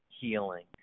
healing